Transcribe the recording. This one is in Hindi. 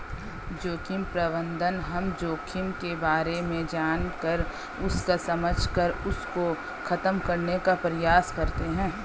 जोखिम प्रबंधन हम जोखिम के बारे में जानकर उसको समझकर उसको खत्म करने का प्रयास करते हैं